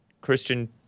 Christian